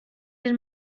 den